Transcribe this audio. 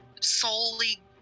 Solely